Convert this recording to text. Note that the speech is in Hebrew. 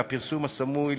והפרסום הסמוי,